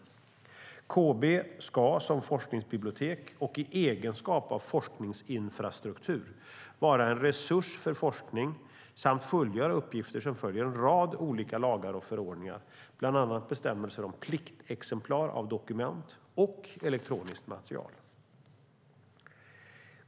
KB ska som forskningsbibliotek och i egenskap av forskningsinfrastruktur vara en resurs för forskning samt fullgöra uppgifter som följer av en rad olika lagar och förordningar, bland annat bestämmelser om pliktexemplar av dokument och elektroniskt material.